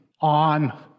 on